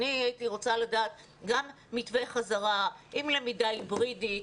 אני הייתי רוצה לדעת גם מתווה חזרה עם למידה היברידית,